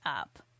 up